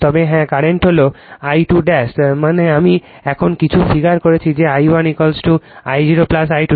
তবে হ্যাঁ কারেন্ট হল I2 মানে আমি এমন কিছু ফিগার করেছি যে I1 I0 I2